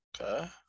Okay